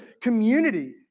community